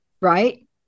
Right